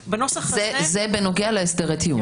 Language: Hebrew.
זה בנוגע להסדרי טיעון.